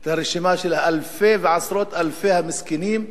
את הרשימה של אלפי ועשרות אלפי המסכנים,